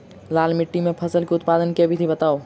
लाल माटि मे फसल केँ उत्पादन केँ विधि बताऊ?